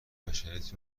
بشریت